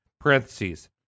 Parentheses